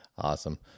Awesome